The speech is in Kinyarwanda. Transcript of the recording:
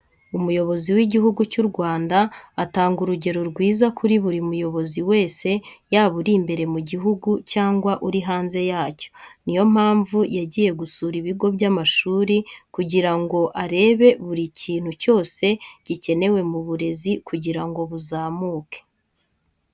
Umukuru w'Igihugu cy'u Rwanda atanga urugero rwiza kuri buri muyobozi wese yaba uri imbere mu gihugu cyangwa uri hanze yacyo. Ni yo mpamvu yagiye gusura ibigo by'amashuri kugira ngo arebe buri kintu cyose gikenewe mu burezi kugira ngo buzamuke.